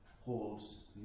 holds